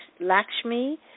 Lakshmi